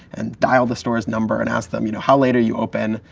and dial the stores number and ask them, you know how late are you open?